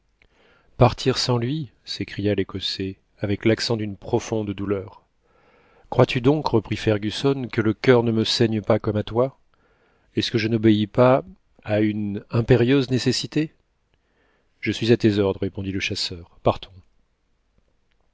partir sans lui s'écria l'écossais avec l'accent d'une profonde douleur crois-tu donc reprit fergusson que le cur ne me saigne pas comme à toi est-ce que je n'obéis pas à une impérieuse nécessité je suis à tes ordres répondit le chasseur partons